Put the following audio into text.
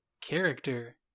character